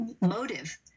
motive